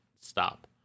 stop